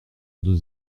deux